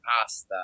pasta